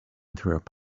through